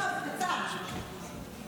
שלוש דקות.